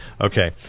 Okay